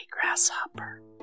grasshopper